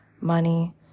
money